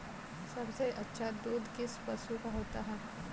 सबसे अच्छा दूध किस पशु का होता है?